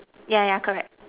yeah yeah correct